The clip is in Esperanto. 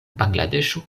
bangladeŝo